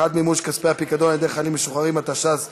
התשע"ז 2017,